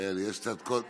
יעל, יש קצת קודם.